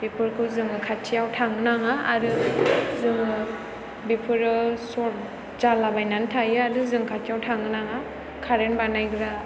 बेफोरखौ जोङो खाथियाव थांनो नाङा आरो जोङो बेफोरो चर्ट जाला बायनानै थायो आरो जों खाथियाव थांनो नाङा कारेन्त बानायग्रा